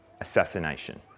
assassination